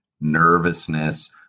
nervousness